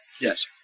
yes